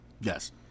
Yes